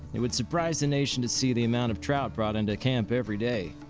it would surprise the nation to see the amount of trout brought into camp every day.